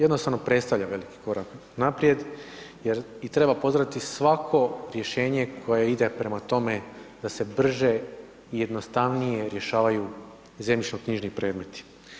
Jednostavno predstavlja veliki korak naprijed jer i treba pozdraviti svako rješenje koje ide prema tome da se brže, jednostavnije rješavanju zemljišnoknjižni predmeti.